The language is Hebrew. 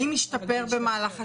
האם השתפר במהלך השנה?